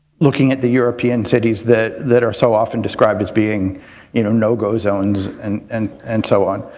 looking at the european cities that that are so often described as being you know no-go zones and and and so on.